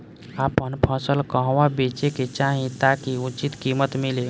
आपन फसल कहवा बेंचे के चाहीं ताकि उचित कीमत मिली?